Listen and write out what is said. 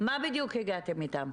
מה בדיוק הגעתם איתם?